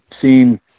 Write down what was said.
seen